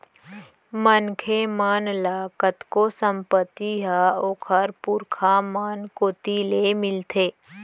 मनखे मन ल कतको संपत्ति ह ओखर पुरखा मन कोती ले मिलथे